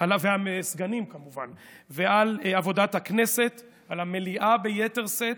על עבודת הכנסת, על המליאה ביתר שאת,